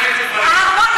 אל תפסיקי אותו.